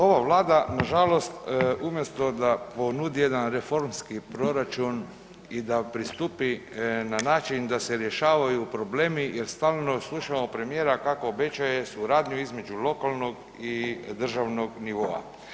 Ova Vlada nažalost umjesto da ponudi jedan reformski proračun i da pristupi na način da se rješavaju problemi jer stalno slušamo premijera kako obećaje suradnju između lokalnog i državnog nivoa.